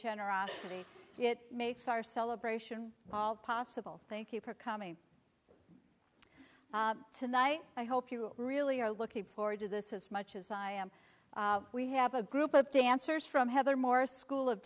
generosity it makes our celebration all possible thank you for coming tonight i hope you really are looking forward to this as much as i am we have a group of dancers from heather morris school of